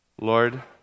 Lord